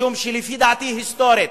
משום שלפי דעתי, היסטורית,